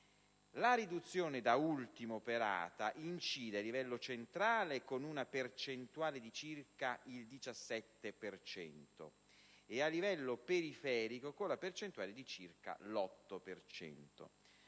La riduzione da ultimo operata incide a livello centrale con una percentuale di circa il 17 per cento e a livello periferico con la percentuale di circa l'8